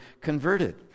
converted